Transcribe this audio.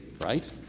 right